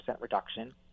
reduction